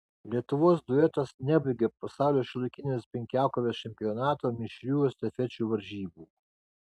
lietuvos duetas nebaigė pasaulio šiuolaikinės penkiakovės čempionato mišrių estafečių varžybų